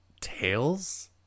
tails